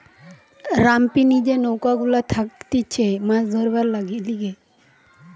রামপিনি যে নৌকা গুলা থাকতিছে মাছ ধরবার লিগে